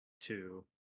two